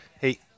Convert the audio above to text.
hey